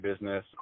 business